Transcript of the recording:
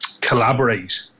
collaborate